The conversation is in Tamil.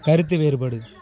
கருத்து வேறுபாடு